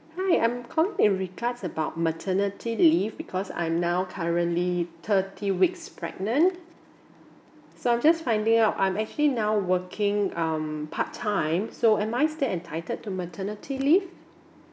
hi I'm calling in regards about maternity leave because I'm now currently thirty weeks pregnant so I'm just finding out I'm actually now working um part time so am I still entitled to maternity leave